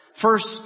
First